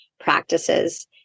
Practices